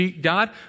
God